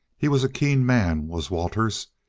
he was a keen man, was waters.